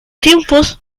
tiempos